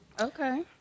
Okay